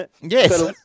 Yes